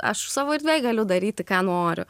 aš savo erdvėj galiu daryti ką noriu